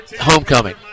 Homecoming